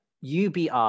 UBI